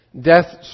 death